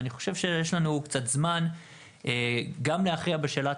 אני חושב שיש לנו קצת זמן להכריע בשאלת